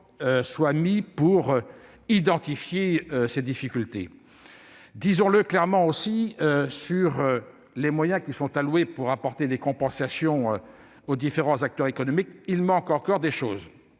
soit fait pour identifier les difficultés. Disons-le clairement : pour ce qui est des moyens mobilisés pour apporter des compensations aux différents acteurs économiques, il manque encore des choses